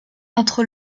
entre